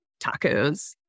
tacos